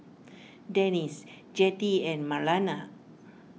Denisse Jettie and Marlana